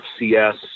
FCS